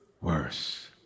worse